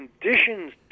conditions